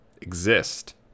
exist